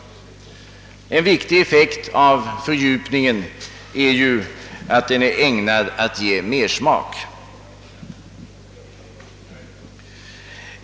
En viktig effekt av fördjupningen är ju att den är ägnad att ge mersmak.